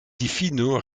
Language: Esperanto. difino